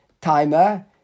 Timer